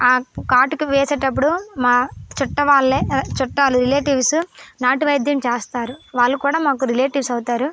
ఆ కాటుకు వేసేటప్పుడు మా చుట్ట వాళ్ళే చుట్టాలు రిలేటివ్స్ నాటు వైద్యం చేస్తారు వాళ్ళు కూడా మాకు రిలేటివ్స్ అవుతారు